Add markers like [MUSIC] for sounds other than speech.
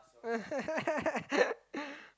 [LAUGHS]